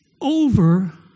over